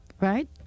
right